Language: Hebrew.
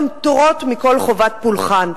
הן פטורות מכל חובת פולחן.